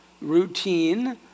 routine